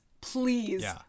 please